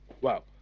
Wow